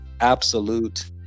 absolute